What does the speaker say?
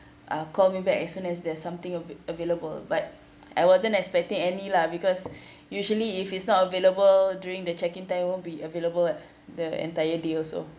uh call me back as soon as there's something avai~ available but I wasn't expecting any lah because usually if it's not available during the check in time won't be available the entire day also